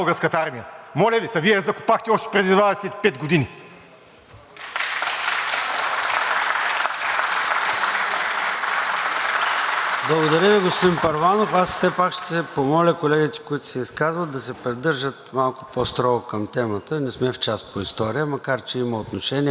Благодаря Ви, господин Първанов. Аз все пак ще помоля колегите, които се изказват, да се придържат малко по-строго към темата – не сме в час по история, макар че има отношение понякога. Има ли реплики към изказването на господин Първанов? Заповядайте за реплика.